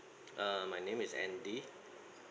uh my name is andy